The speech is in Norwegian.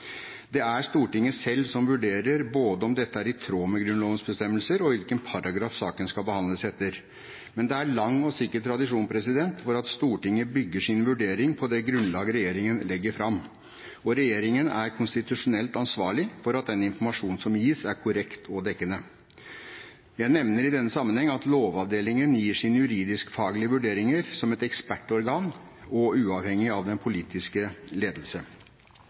Det er Stortinget selv som vurderer både om dette er i tråd med Grunnlovens bestemmelser og hvilken paragraf saken skal behandles etter. Men det er en lang og sikker tradisjon for at Stortinget bygger sin vurdering på det grunnlag regjeringen legger fram, og regjeringen er konstitusjonelt ansvarlig for at den informasjon som gis, er korrekt og dekkende. Jeg nevner i denne sammenheng at Lovavdelingen gir sine juridisk-faglige vurderinger som et ekspertorgan og uavhengig av den politiske ledelse.